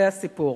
זה הסיפור.